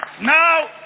Now